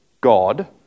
God